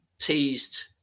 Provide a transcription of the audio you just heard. teased